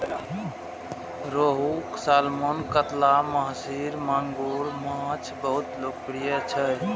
रोहू, सालमन, कतला, महसीर, मांगुर माछ बहुत लोकप्रिय छै